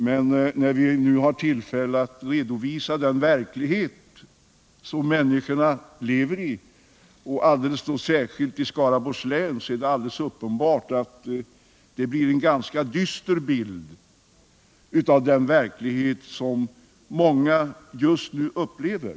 Men när vi nu har tillfälle att redovisa hur människorna lever, alldeles särskilt då i Skaraborgs län, så är det uppenbart att det blir en ganska dyster bild av den verklighet som många just nu upplever.